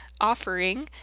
offering